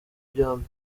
byombi